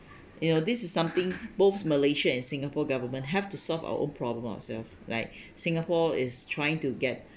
you know this is something both malaysia and singapore government have to solve our own problem ourselves like singapore is trying to get